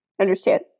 understand